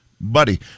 buddy